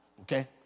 Okay